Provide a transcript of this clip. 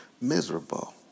Miserable